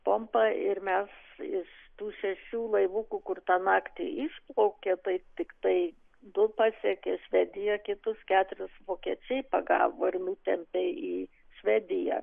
pompą ir mes iš tų šešių laivukų kur tą naktį išplaukė tai tiktai du pasiekė švediją kitus keturis vokiečiai pagavo ir nutempė į švediją